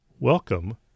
Welcome